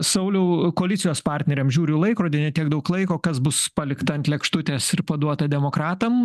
sauliau koalicijos partneriams žiūriu į laikrodį ne tiek daug laiko kas bus palikta ant lėkštutės ir paduota demokratam